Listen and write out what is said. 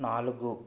నాలుగు